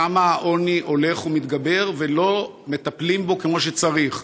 שם העוני הולך ומתגבר ולא מטפלים בו כמו שצריך.